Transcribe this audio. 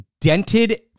dented